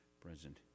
present